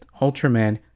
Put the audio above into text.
Ultraman